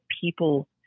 people